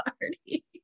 party